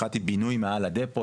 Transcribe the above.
אחת היא בינוי מעל הדיפו,